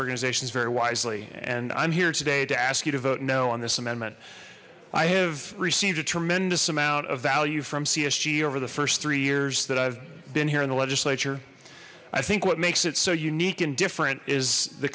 organizations very wisely and i'm here today to ask you to vote no on this amendment i have received a tremendous amount of value from csg over the first three years that i've been here in the legislature i think what makes it so unique and different is the